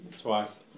twice